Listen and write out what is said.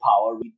power